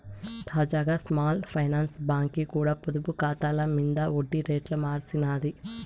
తాజాగా small finance బాంకీ కూడా పొదుపు కాతాల మింద ఒడ్డి రేట్లు మార్సినాది